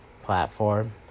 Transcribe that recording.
platform